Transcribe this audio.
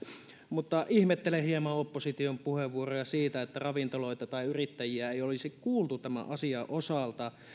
mutta ihmettelen hieman opposition puheenvuoroja siitä että ravintoloita tai yrittäjiä ei olisi kuultu tämän asian osalta